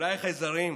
אולי החייזרים?